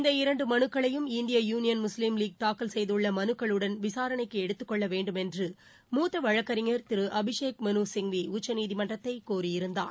இந்த இரண்டு மலுக்களையும் இந்திய யூளியன் முஸ்லீம் வீக் தாக்கல் செய்துள்ள மலுக்களுடன் விசாரணைக்கு எடுத்துக் கொள்ள வேண்டும் என்று மூத்த வழக்கறிஞர் திரு அபிஷேக் மனு சிங்வி உச்சநீதிமன்றத்தை கோரியிருந்தார்